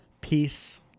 Peace